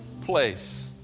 place